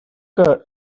que